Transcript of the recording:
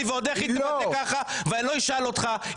אני ועוד איך אתבטא ככה ואני לא אשאל אותך,